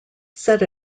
said